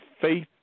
faith